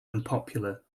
unpopular